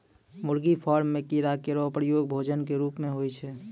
मुर्गी फार्म म कीड़ा केरो प्रयोग भोजन क रूप म होय छै